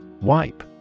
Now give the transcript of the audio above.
Wipe